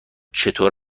چطور